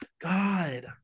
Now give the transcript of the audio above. God